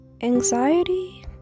anxiety